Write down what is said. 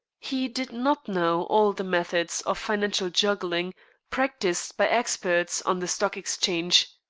he did not know all the methods of financial juggling practised by experts on the stock exchange.